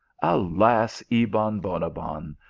alas, ebon bonabbon,